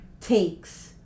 takes